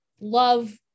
love